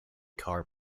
car